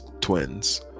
twins